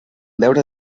veure